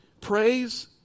praise